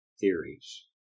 theories